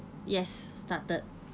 yes started